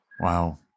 Wow